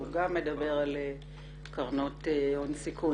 שהוא גם מדבר על קרנות הון סיכון